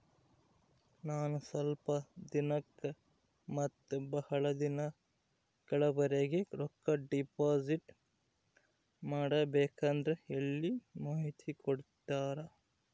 ನಾನು ಸ್ವಲ್ಪ ದಿನಕ್ಕ ಮತ್ತ ಬಹಳ ದಿನಗಳವರೆಗೆ ರೊಕ್ಕ ಡಿಪಾಸಿಟ್ ಮಾಡಬೇಕಂದ್ರ ಎಲ್ಲಿ ಮಾಹಿತಿ ಕೊಡ್ತೇರಾ?